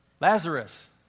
Lazarus